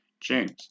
James